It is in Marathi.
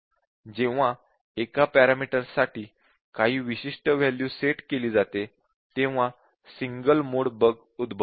जेव्हा एका पॅरामीटर्स साठी काही विशिष्ट वॅल्यू सेट केली जाते तेव्हा सिंगल मोड बग उद्भवते